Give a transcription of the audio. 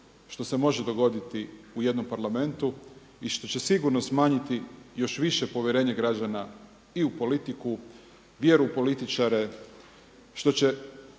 što se može dogoditi u jednom Parlamentu i što će sigurno smanjiti još više povjerenje građana i u politiku, vjeru u političare, što će